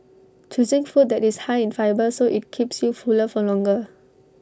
choosing food that is high in fibre so IT keeps you fuller for longer